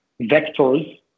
vectors